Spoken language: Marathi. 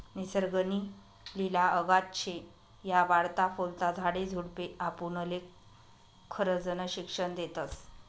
निसर्ग नी लिला अगाध शे, या वाढता फुलता झाडे झुडपे आपुनले खरजनं शिक्षन देतस